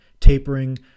Tapering